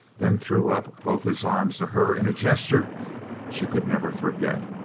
then threw up both his arms to her in a gesture she could never forget.